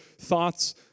thoughts